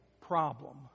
problem